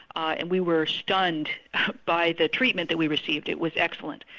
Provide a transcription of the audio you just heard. and we were stunned by the treatment that we received. it was excellent,